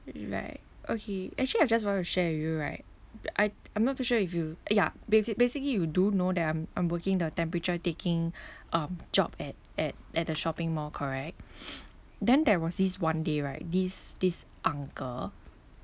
right okay actually I just want to share with you right I I'm not too sure if you ya basi~ basically you do know that I'm I'm working the temperature taking um job at at at the shopping mall correct then there was this one day right this this uncle